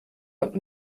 und